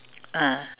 ah